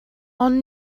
ond